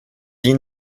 dean